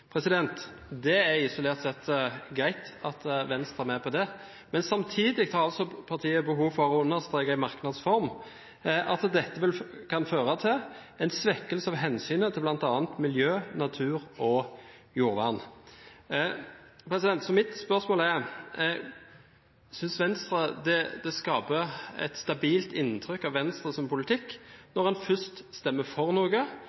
Det er, isolert sett, greit at Venstre er med på det. Men samtidig har partiet behov for å understreke i merknads form at dette kan føre til en svekkelse av hensynet til bl.a. miljø, natur og jordvern. Mitt spørsmål er: Synes Venstre det skaper et stabilt inntrykk av Venstres politikk når en først stemmer for noe,